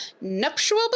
Nuptial